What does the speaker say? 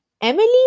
Emily